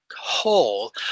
whole